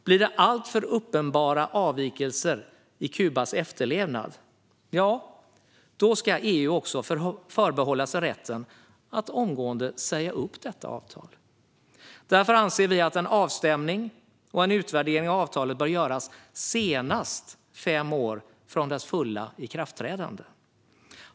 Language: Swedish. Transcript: Blir det alltför uppenbara avvikelser i Kubas efterlevnad ska EU också förbehålla sig rätten att omgående säga upp detta avtal. Därför anser vi att en avstämning och en utvärdering av avtalet bör göras senast fem år från dess fulla ikraftträdande.